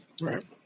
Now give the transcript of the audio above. Right